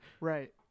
right